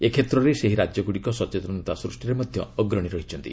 ଏ କ୍ଷେତ୍ରରେ ସେହି ରାଜ୍ୟଗ୍ରଡ଼ିକ ସଚେତନତା ସୃଷ୍ଟିରେ ମଧ୍ୟ ଅଗ୍ରଣୀ ରହିଛନ୍ତି